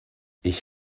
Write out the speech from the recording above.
ich